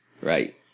Right